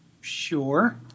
Sure